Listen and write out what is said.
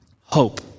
Hope